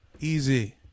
Easy